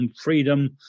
freedom